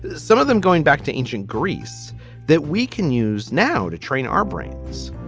some of them going back to ancient greece that we can use now to train our brains.